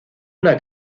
una